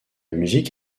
musique